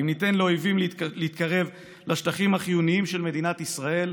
אם ניתן לאויבים להתקרב לשטחים החיוניים של מדינת ישראל,